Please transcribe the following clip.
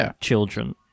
children